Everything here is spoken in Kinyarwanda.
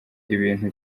ibintu